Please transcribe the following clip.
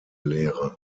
lehre